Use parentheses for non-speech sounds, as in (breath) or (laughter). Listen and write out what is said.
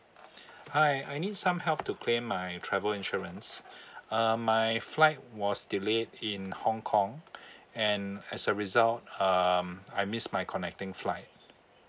(breath) hi I need some help to claim my travel insurance (breath) um my flight was delayed in hong kong (breath) and as a result um I miss my connecting flight